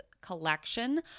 collection